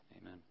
Amen